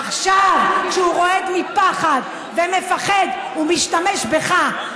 עכשיו, כשהוא רועד מפחד ומפחד, הוא משתמש בך.